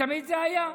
תמיד זה היה.